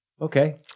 Okay